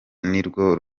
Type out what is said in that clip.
nirwo